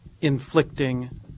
inflicting